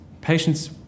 Patients